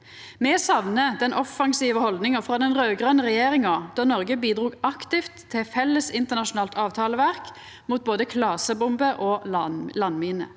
Me saknar den offensive haldninga frå den raud-grøne regjeringa, då Noreg bidrog aktivt til felles internasjonalt avtaleverk mot både klasebomber og landminer.